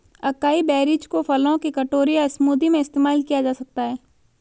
acai berries को फलों के कटोरे या स्मूदी में इस्तेमाल किया जा सकता है